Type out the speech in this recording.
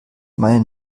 meine